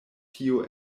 tio